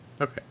Okay